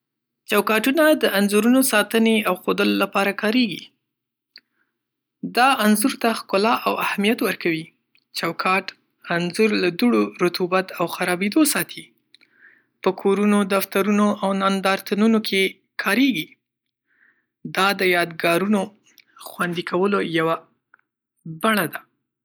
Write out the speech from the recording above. چوکاټونه د انځورونو ساتنې او ښودلو لپاره کارېږي. دا انځور ته ښکلا او اهمیت ورکوي. چوکاټ انځور له دوړو، رطوبت او خرابېدو ساتي. په کورونو، دفترونو او نندارتونونو کې کارېږي. دا د یادګارونو خوندي کولو یوه بڼه ده.